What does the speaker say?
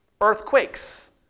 Earthquakes